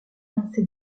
lancé